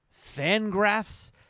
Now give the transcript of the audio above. Fangraphs